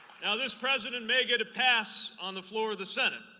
this president may get a pass on the floor of the senate